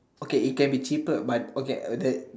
okay it can be cheaper but okay the